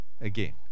again